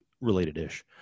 related-ish